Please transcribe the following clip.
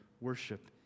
worship